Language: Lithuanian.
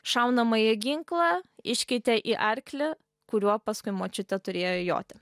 šaunamąjį ginklą iškeitė į arklį kuriuo paskui močiutė turėjo joti